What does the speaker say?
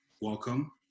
welcome